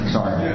Sorry